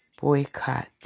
boycott